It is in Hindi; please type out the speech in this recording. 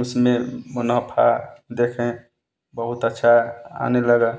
उसमें मुनाफा देखें बहुत अच्छा आने लगा